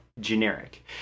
generic